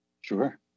sure